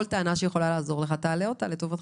כל טענה שיכולה לעזור לך, תעלה אותה לטובתך.